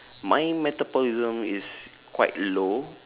my metabolism is quite low